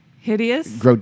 hideous